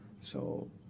so